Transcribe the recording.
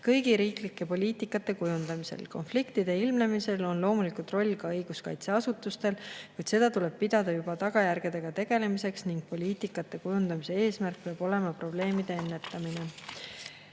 preambulis sätestatud alusprintsiipe. Konfliktide ilmnemisel on loomulikult roll ka õiguskaitseasutustel, kuid seda tuleb pidada juba tagajärgedega tegelemiseks. Poliitikate kujundamise eesmärk peab olema probleemide ennetamine.